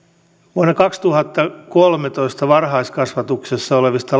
vuonna kaksituhattakolmetoista varhaiskasvatuksessa olevista